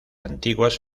antiguas